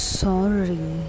sorry